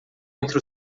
entre